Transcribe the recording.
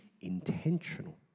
intentional